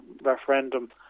referendum